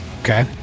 Okay